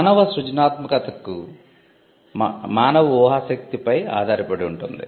మానవ సృజనాత్మకతక మానవ ఊహాశక్తిపై ఆధారపడి ఉంటుంది